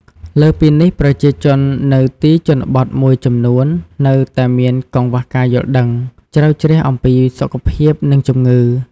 លើសពីនេះ ប្រជាជននៅទីជនបទមួយចំនួននៅតែមាន កង្វះការយល់ដឹង ជ្រៅជ្រះអំពីសុខភាព និងជំងឺ។